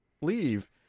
Leave